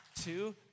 Two